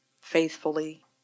faithfully